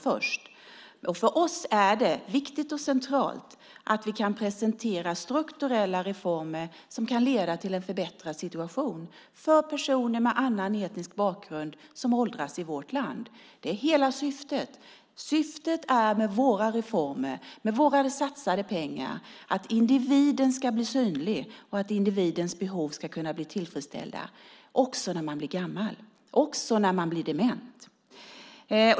För oss är det centralt att vi kan presentera strukturella reformer som kan leda till en förbättrad situation för personer med annan etnisk bakgrund som åldras i vårt land. Det är hela syftet. Syftet med våra reformer, med våra satsade pengar, är att individen ska bli synlig och att individens behov ska kunna bli tillfredsställda också när man blir gammal, också när man blir dement.